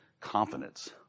confidence